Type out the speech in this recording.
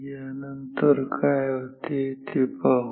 या नंतर काय होते ते पाहू